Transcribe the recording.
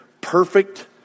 perfect